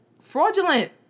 fraudulent